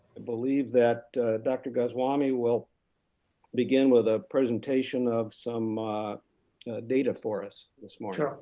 believe that dr. goswami will begin with a presentation of some data for us this morning